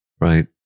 right